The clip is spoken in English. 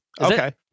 Okay